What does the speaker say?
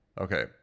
Okay